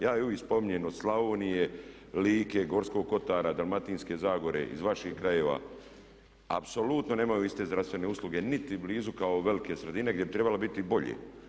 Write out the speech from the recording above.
Ja ih uvijek spominjem od Slavonije, Like, Gorskog kotara, Dalmatinske zagore, iz vaših krajeva, apsolutno nemaju iste zdravstvene usluge niti blizu kao velike sredine gdje bi trebale biti i bolje.